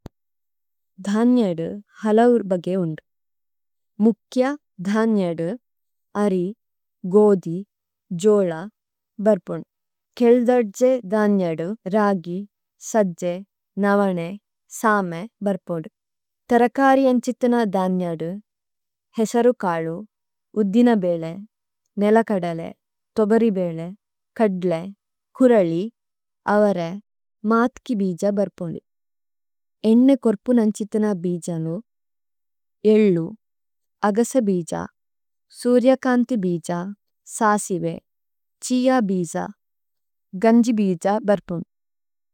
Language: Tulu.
ദാഞിഅഡുoorബഗേയഹുനദി। മുക്യ ദാഞെഡു, അഡി, ഗോദി, ജോലാ, ബര്പണു। കെള്ഡാച്ചെ ദാഞെഡു, രാഗി, സജ്ജേ, നവനെ, സാമെ, ബര്പണു। തരകാരി അംചിത്തന ദാന്യാഡു, ഹേസരു കാളു, ഉദ്ധിനബേലെ, നെലകഡലെ, തൊബരിബേലെ, കഡ്ലെ, കുരളി, അവരെ, മാത്കി ബിജാ ബര്പുനു। എണ്ണെ കൊര്പു നംചിത്തന ബിജനു എള്ളു, അഗസബിജാ, സൂര്യകാംതി ബിജാ, സാസിവേ, ചിയാ ബിജാ, ഗംജബിജാ ബര്പുനു।